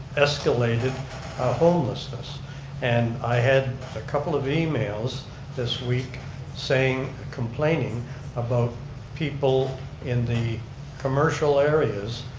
escalated homelessness and i had a couple of emails this week saying complaining about people in the commercial areas